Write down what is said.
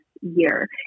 year